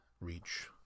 reach